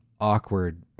awkward